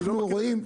אנחנו רואים,